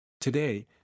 Today